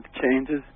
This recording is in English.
changes